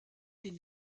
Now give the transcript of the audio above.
den